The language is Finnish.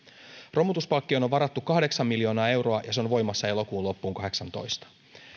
romutuspalkkioon on varattu kahdeksan miljoonaa euroa ja se on voimassa elokuun loppuun kahdeksantoista